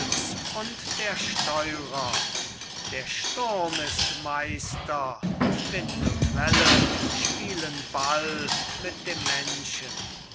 und der steurer der sturm ist meister wind und welle spielen ball mit dem menschen